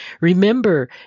Remember